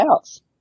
else